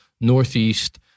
northeast